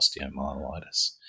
osteomyelitis